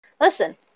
Listen